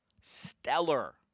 Stellar